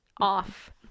off